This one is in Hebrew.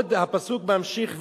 ועוד הפסוק ממשיך ואומר: